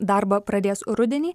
darbą pradės rudenį